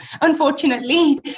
unfortunately